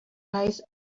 rise